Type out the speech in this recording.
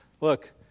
look